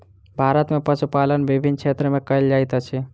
भारत में पशुपालन विभिन्न क्षेत्र में कयल जाइत अछि